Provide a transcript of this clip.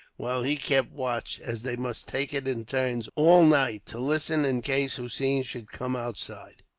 while he kept watch as they must take it in turns, all night, to listen in case hossein should come outside.